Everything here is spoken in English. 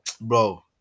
bro